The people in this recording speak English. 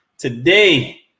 Today